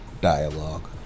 dialogue